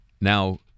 Now